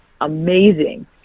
amazing